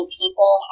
people